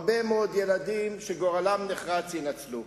הרבה מאוד ילדים שגורלם נחרץ יינצלו.